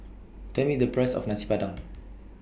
Tell Me The Price of Nasi Padang